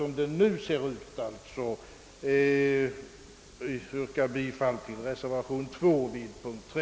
Som läget nu är får jag alltså yrka bifall till reservationen B2 vid punkten 3.